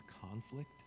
conflict